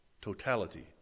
totality